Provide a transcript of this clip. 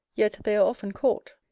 yet they are often caught,